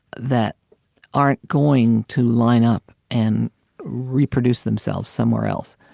that aren't going to line up and reproduce themselves somewhere else.